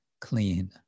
clean